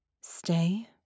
Stay